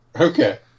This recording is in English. Okay